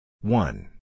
One